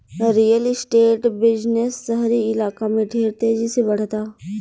real estate business शहरी इलाका में ढेर तेजी से बढ़ता